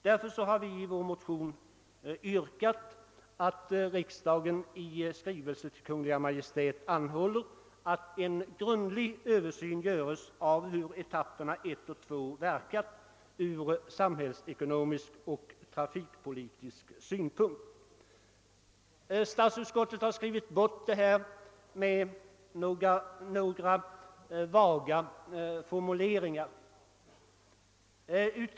Därför har vi i vårt motionspar yrkat att »riksdagen i skrivelse till Kungl. Maj:t måtte anhålla att en grundlig översyn göres av hur etapperna 1 och 2 verkat ur samhällsekonomisk och trafikpolitisk synpunkt«. Statsutskottet har skrivit bort vår begäran med några vaga formuleringar.